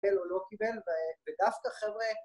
‫קיבל או לא קיבל, ודווקא, חבר'ה...